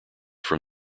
from